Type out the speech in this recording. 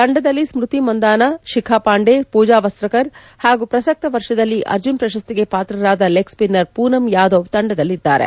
ತಂಡದಲ್ಲಿ ಸ್ಪತಿ ಮಂದನಾ ಶಿಖಾ ಪಾಂಡೆ ಮೂಜಾ ವಸ್ತಕರ್ ಹಾಗೂ ಪ್ರಸಕ್ತ ವರ್ಷದಲ್ಲಿ ಅರ್ಜುನ್ ಪ್ರಶಸ್ತಿಗೆ ಪಾತ್ರರಾದ ಲೆಗ್ ಸ್ವಿನ್ನರ್ ಮೂನಮ್ ಯಾದವ್ ತಂಡದಲ್ಲಿ ಇದ್ದಾರೆ